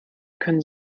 können